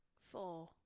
four